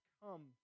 come